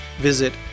visit